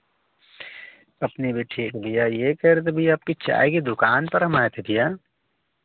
अपनी भी ठीक भैया यह कह रहे थे भैया आपके चाय की दुकान पर हम आए थे भैया